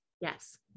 Yes